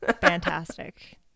fantastic